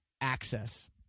access